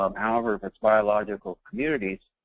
um however, if it's biological communities,